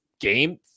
game